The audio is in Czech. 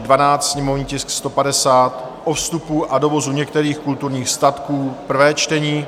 12, sněmovní tisk 150, o vstupu a dovozu některých kulturních statků prvé čtení;